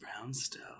brownstone